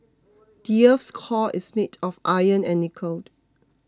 the earth's core is made of iron and nickel